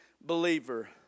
believer